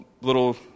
little